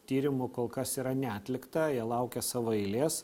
tyrimų kol kas yra neatlikta jie laukia savo eilės